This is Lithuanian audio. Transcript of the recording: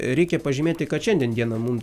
reikia pažymėti kad šiandien dieną mum